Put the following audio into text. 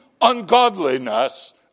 ungodliness